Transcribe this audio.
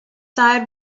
side